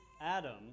Adam